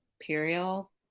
Imperial